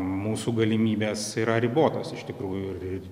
mūsų galimybės yra ribotos iš tikrųjų ir ir